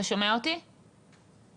היום כרגע מדינת ישראל נמצאת בסביבות ה-1,400,